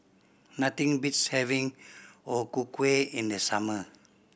nothing beats having O Ku Kueh in the summer